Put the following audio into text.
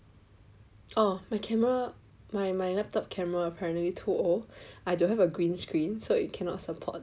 oh my camera my my laptop camera apparently too old I don't have a green screen so it cannot support